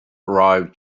arrive